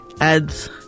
ads